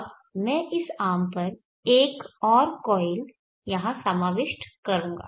अब मैं इस आर्म पर एक और कॉयल यहां समाविष्ट करूंगा